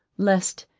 lest,